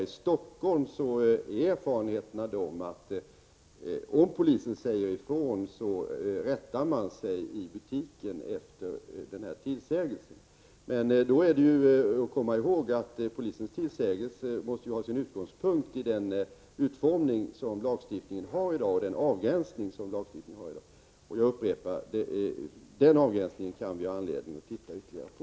I Stockholm är erfarenheterna att om polisen säger ifrån rättar man sig i butiken efter polisens tillsägelse. Då är det att komma ihåg att polisens tillsägelse måste ha sin utgångspunkt i den avgränsning som lagstiftningen har i dag. Jag upprepar att den avgränsningen kan vi ha anledning att titta ytterligare på.